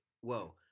Whoa